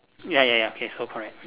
ya ya ya K so correct